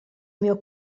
mio